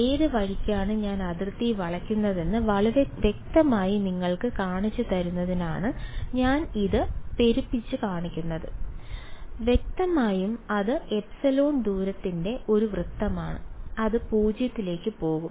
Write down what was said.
ഏത് വഴിക്കാണ് ഞാൻ അതിർത്തി വളയ്ക്കുന്നതെന്ന് വളരെ വ്യക്തമായി നിങ്ങൾക്ക് കാണിച്ചുതരുന്നതിനാണ് ഞാൻ ഇത് പെരുപ്പിച്ചു കാണിക്കുന്നത് വ്യക്തമായും അത് ε ദൂരത്തിന്റെ ഒരു വൃത്തമാണ് അത് 0 ലേക്ക് പോകും